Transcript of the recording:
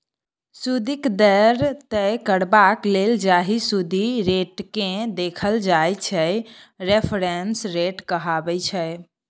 सुदिक दर तय करबाक लेल जाहि सुदि रेटकेँ देखल जाइ छै रेफरेंस रेट कहाबै छै